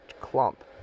clump